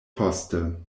poste